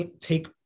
take